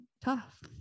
tough